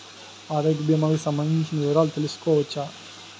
ఆరోగ్య భీమాలకి సంబందించిన వివరాలు తెలుసుకోవచ్చా?